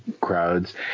crowds